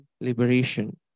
liberation